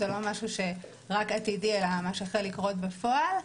זה לא משהו שרק עתידי אלא ממש החל לקרות בפועל.